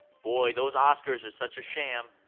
boy, those oscars are such a sham.